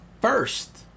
first